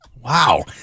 Wow